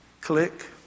Click